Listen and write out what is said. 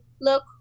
look